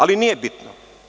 Ali, nije bitno.